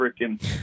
freaking